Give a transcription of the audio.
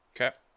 Okay